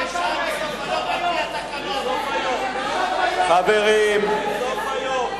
היא ממשיכה לקבל, בסוף היום,